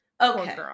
okay